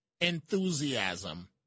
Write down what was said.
enthusiasm